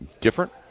different